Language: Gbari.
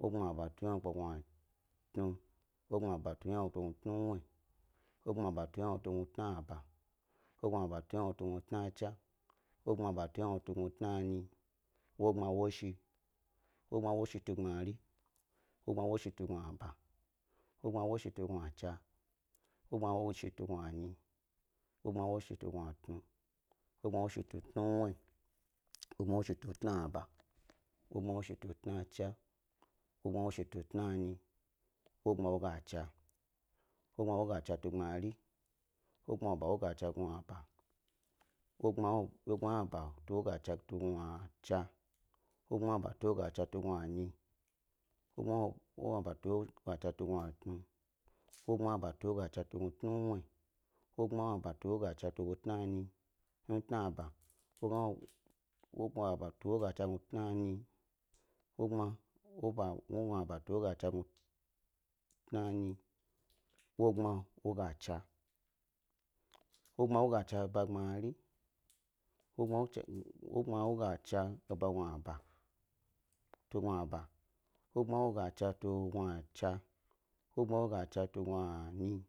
wogbma bat u ynawo kpe gnatnu, wogbma bat u ynawo kpe tnuwnuwyi, wogbma bat u ynawo kpe tnalaba, wogma bat u ynawo kpe tnachna, wogbma bat u ynawo kpe tnanyi. Wogbma woshi, wogbma woshi tu gbmari, wogbma woshi tu gnulaba, wogbma woshi tu gnuchna, wogbma woshi tu gnunyi, wogbma woshi tu gnutnu, wogbma woshi tu tnuwnuwyi, wogbma woshi tu tna'aba, wogbma woshi tu tnachna, wogbma woshi tu tnanyi, wogbma. Wogbma wogachna, wogbma wagachna tu gbmari, wogbma ynaba wogachna tu gnu aba, wogbma ynaba wogachna tu gnuchna, wogbma nynaba wogachna tu gnunyi, wogbma yna bu woga chna tu gnu tnu, wogbma ynaba wogachna tu tna'aba, wogbma ynaba wogachna tu tnuchna, wogbma ynaba wogachna tu tnanyi, wogbma woga chna, wogbma wogachna eba gbmari, wogbma woachna eba tu gnuba, wogbma wogachna tu gnuchna, wogbma wogachna tu gnunyi.